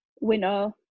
winner